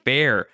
Fair